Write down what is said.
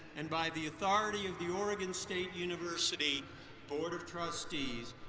and by the authority of the oregon state university board of trustees,